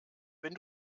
wenn